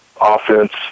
Offense